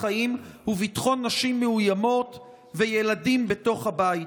חיים וביטחון נשים מאוימות וילדים בתוך הבית?